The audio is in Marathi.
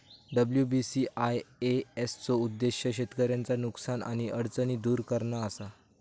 डब्ल्यू.बी.सी.आय.एस चो उद्देश्य शेतकऱ्यांचा नुकसान आणि अडचणी दुर करणा असा